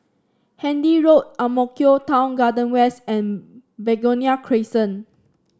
Handy Road Ang Mo Kio Town Garden West and Begonia Crescent